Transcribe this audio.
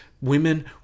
Women